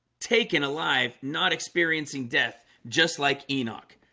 taken alive not experiencing death just like enoch